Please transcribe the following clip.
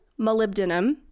molybdenum